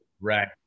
Right